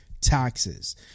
taxes